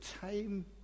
time